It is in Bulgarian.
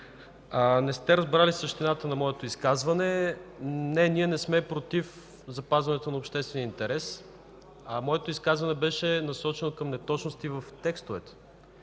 не сте разбрали същността на моето изказване. Не, ние не сме против запазването на обществения интерес. Моето изказване беше насочено към неточности в текстовете,